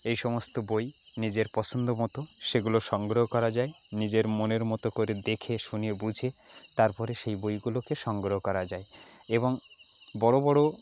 এই সমস্ত বই নিজের পসন্দ মতো সেগুলো সংগ্রহ করা যায় নিজের মনের মতো করে দেখে শুনে বুঝে তারপরে সেই বইগুলোকে সংগ্রহ করা যায় এবং বড়ো বড়ো